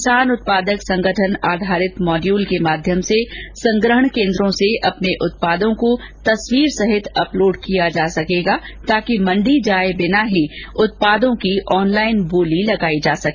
किसान उत्पादक संगठन आधारित मॉड्यूल के माध्यम से संग्रहण केन्द्रों से अपने उत्पादों को तस्वीर सहित अपलोड किया जा सकेगा ताकि मंडी गये बिना ही उत्पादों की ऑनलाइन बोली लगाई जा सके